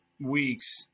Weeks